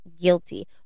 guilty